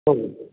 हो